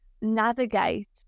navigate